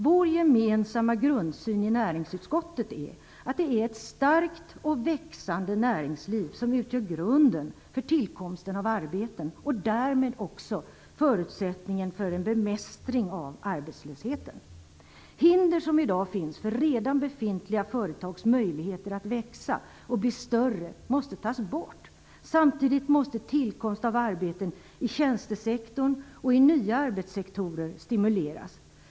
Vår gemensamma grundsyn i näringsutskottet är att det är ett starkt och växande näringsliv som utgör grunden för tillkomsten av arbeten och därmed också förutsättningen för en bemästring av arbetslösheten. Hinder som i dag finns för redan befintliga företag att växa och bli större måste tas bort. Samtidigt måste tillkomst av arbeten i tjänstesektorn och i nya arbetssektorer stimuleras.